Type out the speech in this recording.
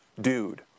dude